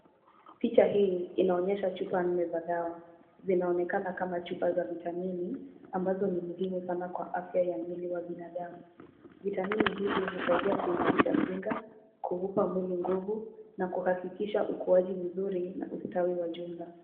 Picha hii inaonyesha chupa nne za dawa, zinaonekana kama chupa za vitamini ambazo ni muhimu sana kwa afya ya mwili wa binadamu. Vitamini hivi husaidia kuimarisha kinga, kuupa mwili nguvu na kuhakikisha ukuaji mzuri na ustawi wa jumla.